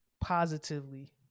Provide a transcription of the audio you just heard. Positively